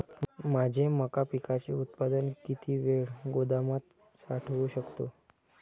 माझे मका पिकाचे उत्पादन किती वेळ गोदामात साठवू शकतो?